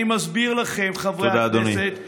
אני מסביר לכם, חברי הכנסת, תודה רבה, אדוני.